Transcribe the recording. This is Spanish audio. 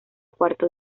cuarto